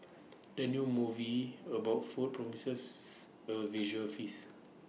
the new movie about food promises A visual feast